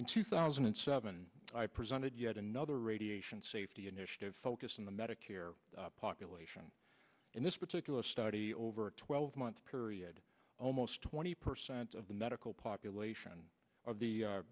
in two thousand and seven i presented yet another radiation safety initiative focused on the medicare population in this particular study over a twelve month period almost twenty percent of the medical population of the